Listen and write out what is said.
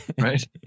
right